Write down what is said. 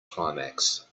climax